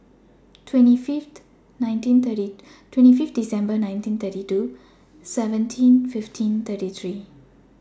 twenty Fifth Dec nineteen thirty two seventeen fifteen thirty three